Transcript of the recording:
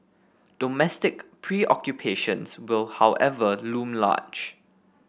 domestic preoccupations will however loom large